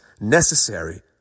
necessary